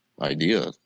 Idea